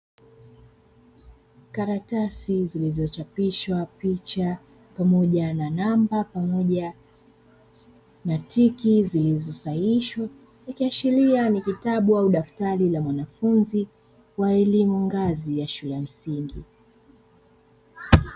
Karatasi zilizochapishwa picha pamoja na namba pamoja na tiki zilizosahishwa, ikiashiria ni kitabu au daftari la mwanafunzi wa elimu ngazi ya shule ya msingi.